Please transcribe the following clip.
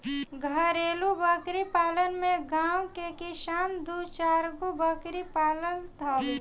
घरेलु बकरी पालन में गांव के किसान दू चारगो बकरी पालत हवे